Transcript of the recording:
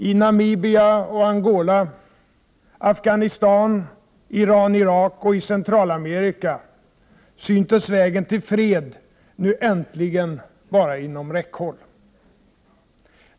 I Namibia och Angola, Afghanistan, Iran/Irak och Centralamerika syntes vägen till fred nu äntligen vara inom räckhåll.